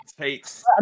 Takes